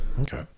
Okay